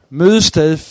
mødested